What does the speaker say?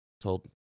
told